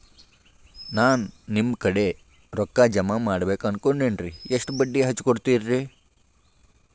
ನಾ ನಿಮ್ಮ ಕಡೆ ರೊಕ್ಕ ಜಮಾ ಮಾಡಬೇಕು ಅನ್ಕೊಂಡೆನ್ರಿ, ಎಷ್ಟು ಬಡ್ಡಿ ಹಚ್ಚಿಕೊಡುತ್ತೇರಿ?